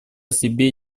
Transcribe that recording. себе